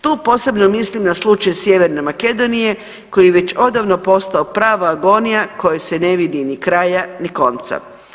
Tu posebno mislim na slučaj Sjeverne Makedonije koji je već odavno postao prava agonija kojoj se ne vidi ni kraja ni konca.